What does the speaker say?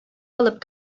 алып